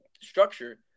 structure